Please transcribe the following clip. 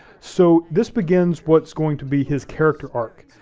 so this begins what's going to be his character arc.